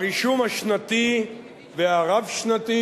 ברישום השנתי והרב-שנתי,